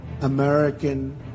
American